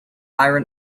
iron